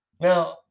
Now